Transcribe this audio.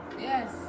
Yes